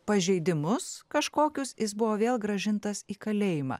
pažeidimus kažkokius jis buvo vėl grąžintas į kalėjimą